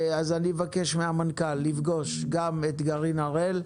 אז אני אבקש מהמנכ"ל לפגוש גם את גרעין הראל,